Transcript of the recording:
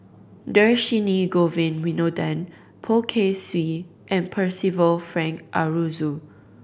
Dhershini Govin Winodan Poh Kay Swee and Percival Frank Aroozoo